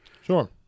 Sure